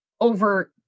over